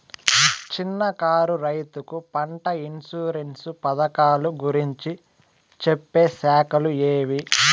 చిన్న కారు రైతుకు పంట ఇన్సూరెన్సు పథకాలు గురించి చెప్పే శాఖలు ఏవి?